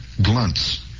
Glunts